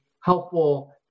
helpful